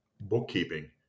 bookkeeping